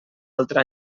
altra